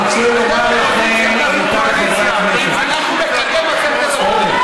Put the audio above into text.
אתם קואליציה, אנחנו אופוזיציה, אנחנו נקדם, זהו.